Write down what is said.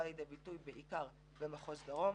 הצמצום בא לידי ביטוי בעיקר במחוז דרום.